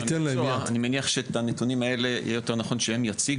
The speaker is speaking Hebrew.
אני מניח שאת הנתונים האלה יהיה יותר נכון שהם יציגו.